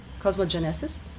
Cosmogenesis